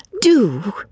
do